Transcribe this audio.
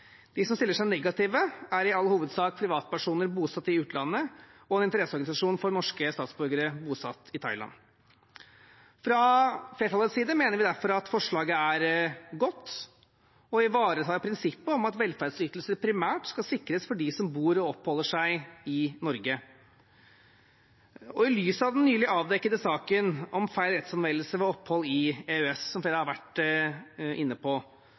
De som stiller seg negative, er i all hovedsak privatpersoner bosatt i utlandet og en interesseorganisasjon for norske statsborgere bosatt i Thailand. Fra flertallets side mener vi derfor at forslaget er godt og ivaretar prinsippet om at velferdsytelser primært skal sikres for dem som bor og oppholder seg i Norge. I lys av den nylig avdekkede saken om feil rettsanvendelse ved opphold i EØS-land, som flere har vært inne på,